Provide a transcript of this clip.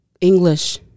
English